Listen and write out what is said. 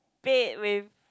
bed with